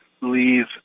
leave